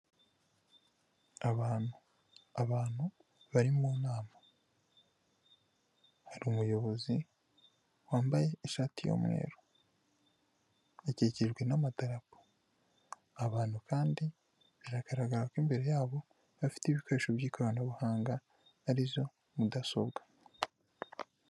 Abantu, abantu bari mu nama, hari umuyobozi wambaye ishati y'umweru, hakikijwe n'amatapo, abantu kandi biragaragara ko imbere yabo bafite ibikoresho by'ikoranabuhanga arizo mudasobwa.